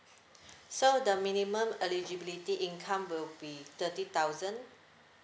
so the minimum eligibility income will be thirty thousand